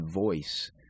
voice